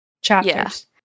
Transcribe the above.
chapters